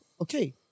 okay